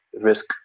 risk